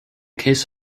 case